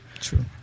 True